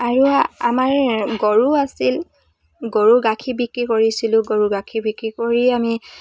আৰু আমাৰ গৰু আছিল গৰু গাখীৰ বিক্ৰী কৰিছিলোঁ গৰু গাখীৰ বিক্ৰী কৰিয়ে আমি